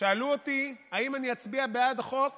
שאלו אותי אם אני אצביע בעד החוק